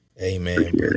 Amen